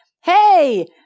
hey